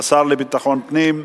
השר לביטחון פנים,